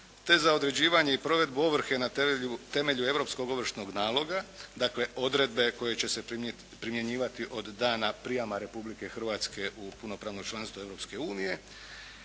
te za određivanje i provedbu ovrhe na temelju europskog ovršnog naloga, dakle odredbe koje će se primjenjivati od dana prijama Republike Hrvatske u punopravno članstvo